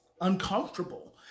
uncomfortable